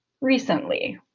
recently